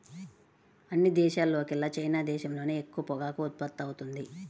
అన్ని దేశాల్లోకెల్లా చైనా దేశంలోనే ఎక్కువ పొగాకు ఉత్పత్తవుతుంది